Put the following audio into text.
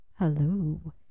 Hello